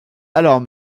alors